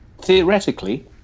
Theoretically